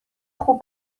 خوب